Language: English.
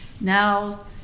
now